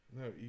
No